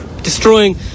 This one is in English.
destroying